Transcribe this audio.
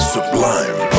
Sublime